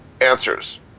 answers